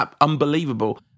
unbelievable